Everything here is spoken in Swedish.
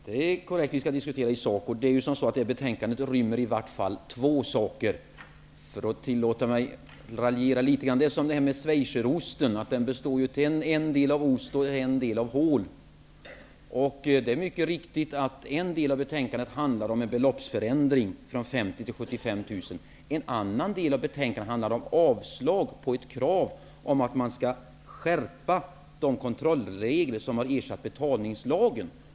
Herr talman! Det är korrekt. Vi skall diskutera i sak. Det här betänkandet rymmer i vart fall två saker, för att tillåta mig att raljera litet grand. Det är som med schweizerosten, den består till en del av ost och till en del av hål. Det är mycket riktigt att en del av betänkandet handlar om en beloppsförändring från 50 000 till 75 000. En annan del av betänkandet handlar om ett krav på att man skall skärpa de kontrollregler som har ersatt betalningslagen.